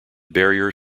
barrier